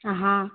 हाँ